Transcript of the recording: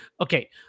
okay